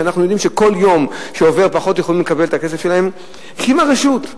שאנחנו יודעים שכל יום שעובר פחות יכולים לקבל את הכסף שלהם הקימה רשות,